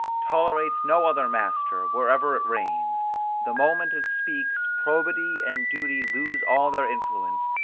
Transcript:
tolerates no other master, wherever it reigns the moment it speaks, probity and duty lose all their influence,